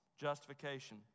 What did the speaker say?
justification